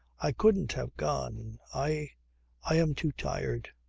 i couldn't have gone. i i am too tired.